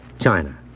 China